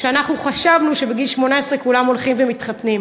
אנחנו חשבנו שבגיל 18 כולם הולכים ומתחתנים,